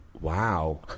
Wow